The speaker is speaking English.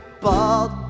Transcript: bald